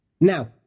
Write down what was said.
Now